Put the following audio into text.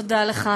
תודה לך,